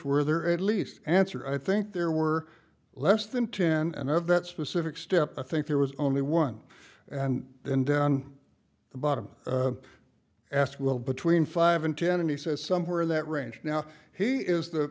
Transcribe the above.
were there at least answer i think there were less than ten and of that specific step i think there was only one and then down on the bottom asked will between five and ten and he says somewhere in that range now he is th